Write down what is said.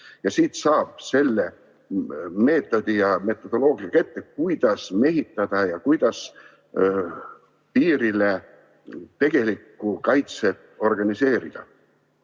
Sealt saab selle meetodi ja metodoloogia ette, kuidas mehitada ja kuidas piirile tegelikku kaitset organiseerida.